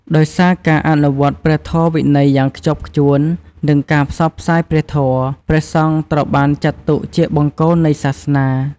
ដោយសារការអនុវត្តព្រះធម៌វិន័យយ៉ាងខ្ជាប់ខ្ជួន និងការផ្សព្វផ្សាយព្រះធម៌ ព្រះសង្ឃត្រូវបានចាត់ទុកជា បង្គោលនៃសាសនា។